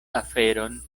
aferon